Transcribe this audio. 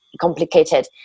complicated